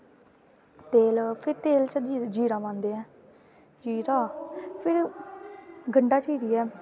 तेल फिर तेल च जीरा पांदे ऐ जीरा फिर गंड़ा चिरियै